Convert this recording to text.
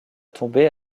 tomber